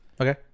Okay